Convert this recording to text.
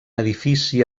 edifici